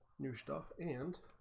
new stuff and